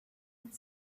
had